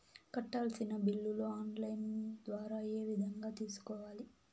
కట్టాల్సిన బిల్లులు online ద్వారా ఏ విధంగా తెలుసుకోవాలి?